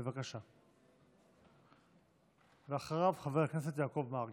בבקשה, ואחריו, חבר הכנסת יעקב מרגי.